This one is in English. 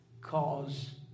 cause